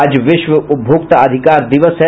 आज विश्व उपभोक्ता अधिकार दिवस है